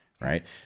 Right